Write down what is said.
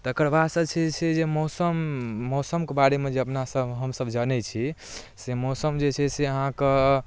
तकरबादसँ छै छै जे मौसम मौसम कऽ बारेमे जे अपनासब हमसब जनैत छी से मौसम जे छै से अहाँ कऽ